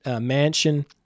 mansion